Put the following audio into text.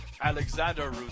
Alexander